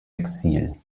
exil